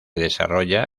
desarrolla